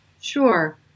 Sure